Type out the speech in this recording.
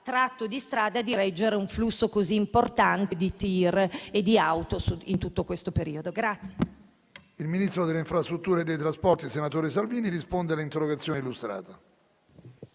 tratto di strada di reggere un flusso così importante di TIR e di auto in tutto questo periodo.